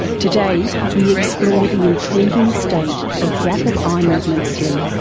today we explore the intriguing state of rapid eye movement sleep.